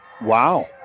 Wow